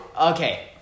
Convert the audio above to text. Okay